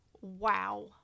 wow